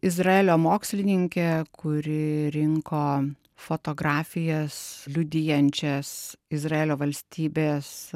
izraelio mokslininkė kuri rinko fotografijas liudijančias izraelio valstybės